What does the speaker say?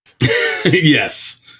Yes